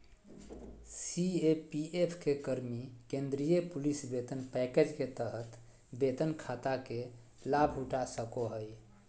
CAPF के कर्मि केंद्रीय पुलिस वेतन पैकेज के तहत वेतन खाता के लाभउठा सको हइ